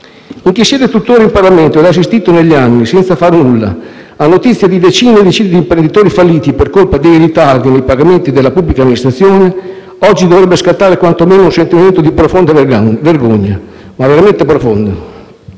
In chi siede tutt'ora in Parlamento e ha assistito negli anni, senza far nulla, a notizie di decine e decine di imprenditori falliti per colpa dei ritardi nei pagamenti della pubblica amministrazione oggi dovrebbe scattare quantomeno un sentimento di profonda vergogna, veramente profonda.